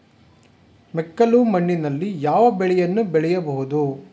ಮೆಕ್ಕಲು ಮಣ್ಣಿನಲ್ಲಿ ಯಾವ ಬೆಳೆಯನ್ನು ಬೆಳೆಯಬಹುದು?